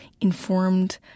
informed